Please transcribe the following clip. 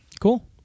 Cool